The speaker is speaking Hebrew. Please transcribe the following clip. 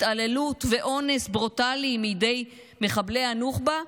התעללות ואונס ברוטלי בידי מחבלי הנוח'בה,